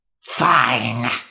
Fine